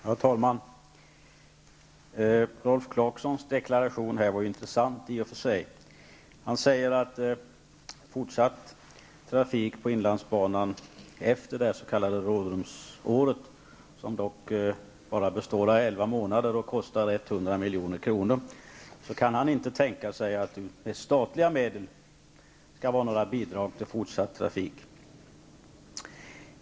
Herr talman! Rolf Clarksons deklaration var i och för sig intressant. Efter det här s.k. rådrumsåret, som dock bara består av elva månader och kostar 100 milj.kr., kan han inte tänka sig att det skall lämna några bidrag av statliga medel till fortsatt trafik.